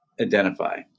identify